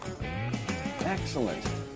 Excellent